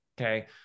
okay